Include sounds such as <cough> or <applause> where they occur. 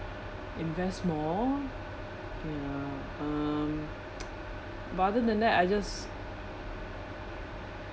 invest more ya um <noise> but other than that I just like